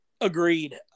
Agreed